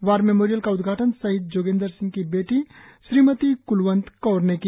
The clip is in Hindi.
वार मेमोरियल का उद्घाटन शहीद जोगेंदार सिंह की बेटी श्रीमती कुलवंच कौर ने किया